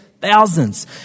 Thousands